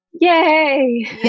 Yay